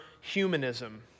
humanism